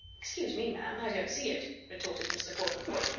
excuse me, ma'am i don't see it, retorted mr. portlethorpe.